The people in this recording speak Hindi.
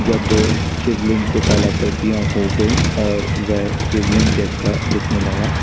जब शिवलिंग पे कलाकृतियाँ हो गई और वह शिवलिंग जैसा दिखने लगा